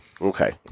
Okay